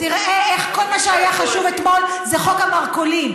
תראה איך כל מה שהיה חשוב אתמול זה חוק המרכולים.